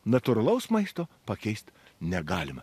natūralaus maisto pakeist negalima